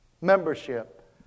Membership